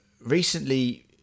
recently